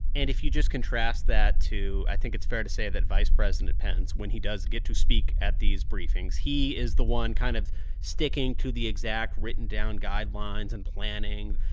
and if you just contrast that to i think it's fair to say that vice president pence, when he does get to speak at these briefings, he is the one kind of sticking to the exact written-down guidelines and planning.